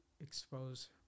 expose